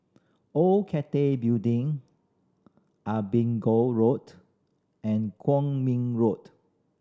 Old Cathay Building Road and Kwong Min Road